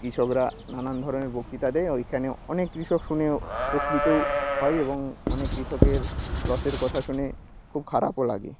কৃষকরা নানান ধরনের বক্তৃতা দেয় ওইখানে অনেক কৃষক শুনেও উপকৃতও হয় এবং অনেক কৃষকের লসের কথা শুনে খুব খারাপও লাগে